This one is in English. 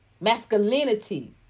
masculinity